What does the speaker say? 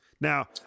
Now